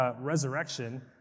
resurrection